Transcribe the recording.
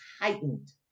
heightened